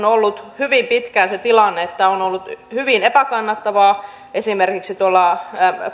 ollut hyvin pitkään se tilanne että on ollut hyvin epäkannattavaa esimerkiksi tuolla